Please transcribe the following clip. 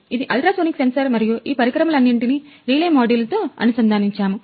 ఇప్పుడు మేము డెమో చూపిస్తాము